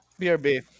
BRB